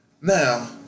Now